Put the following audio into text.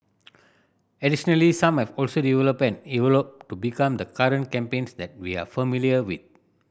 additionally some have also developed and evolved to become the current campaigns that we are familiar with